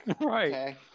Right